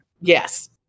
yes